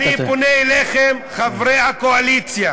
אני פונה אליכם, חברי הקואליציה